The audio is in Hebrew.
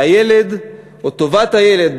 שהילד או טובת הילד,